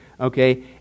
Okay